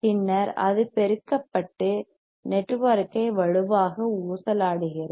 பின்னர் அது பெருக்கப்பட்டு நெட்வொர்க் ஐ வலுவாக ஊசலாடுகிறது